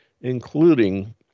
including